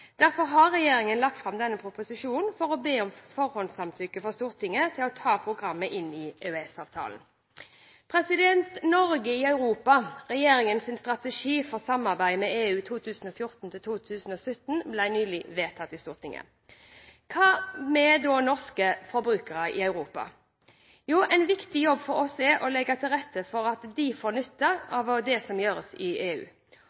Derfor har Regjeringen lagt fram denne proposisjonen for å be om forhåndssamtykke fra Stortinget til å ta programmet inn i EØS-avtalen. Norge i Europa. Regjeringens strategi for samarbeidet med EU 2014–2017 ble nylig vedtatt i Stortinget. Hva da med norske forbrukere i Europa? En viktig jobb for oss er å legge til rette for at de får nytte av det som gjøres i EU.